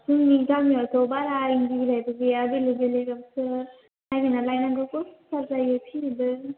जोंनि गामियावथ' बारा इन्दि बिलाइबो गैया बेलेग बेलेगावसो नागिरना लायनांगौ कस्त'थार जायो फिसिनोबो